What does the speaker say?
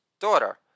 Daughter